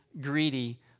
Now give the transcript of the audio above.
greedy